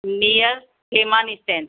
near Khemani stand